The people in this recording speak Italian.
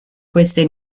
queste